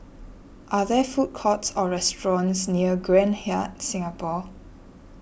are there food courts or restaurants near Grand Hyatt Singapore